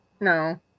No